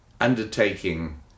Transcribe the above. undertaking